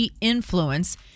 influence